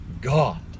God